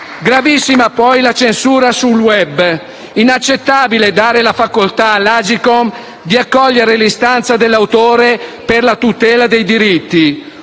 Gravissima poi la censura sul *web*. Inaccettabile dare la facoltà all'Agcom di accogliere l'istanza dell'autore per la tutela dei diritti: